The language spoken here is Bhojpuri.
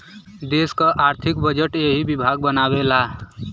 देस क आर्थिक बजट एही विभाग बनावेला